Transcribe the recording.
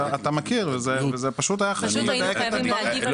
אתה מכיר וזה פשוט היה חשוב לדייק את הדברים.